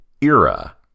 Era